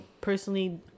personally